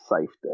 safety